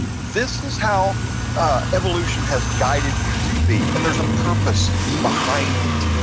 this is how evolution has guided you to be, and there's a purpose behind it.